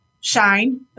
shine